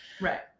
Right